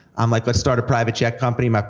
i'm like, let's start a private jet company, like